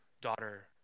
daughter